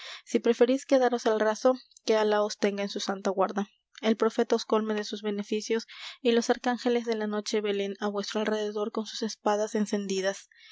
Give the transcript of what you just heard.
si preferís quedaros al raso que alá os tenga en su santa guarda el profeta os colme de sus beneficios y los arcángeles de la noche velen á vuestro alrededor con sus espadas encendidas